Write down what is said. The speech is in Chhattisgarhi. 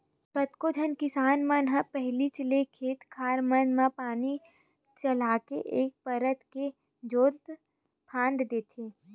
कतको झन किसान मन ह पहिलीच ले खेत खार मन म पानी चलाके एक परत के जोंत फांद लेथे